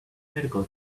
medical